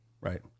right